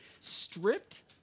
stripped